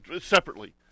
separately